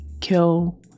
kill